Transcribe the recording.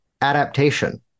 adaptation